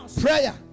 prayer